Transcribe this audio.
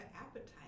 appetite